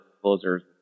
closers